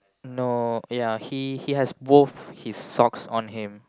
no ya he he has wove his socks on him